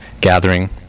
gathering